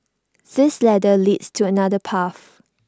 this ladder leads to another path